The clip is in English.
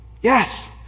Yes